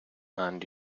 and